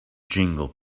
jingle